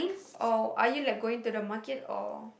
oh are you like going to the market or